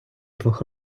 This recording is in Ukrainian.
двох